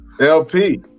LP